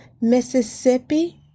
Mississippi